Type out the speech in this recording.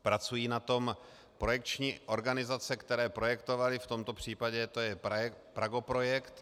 Pracují na tom projekční organizace, které projektovaly, v tomto případě to je Pragoprojekt.